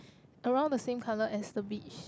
around the same colour as the beach